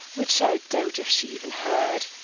which i doubt if she even heard.